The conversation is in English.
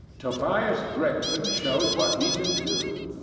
tobias gregson shows what he can do.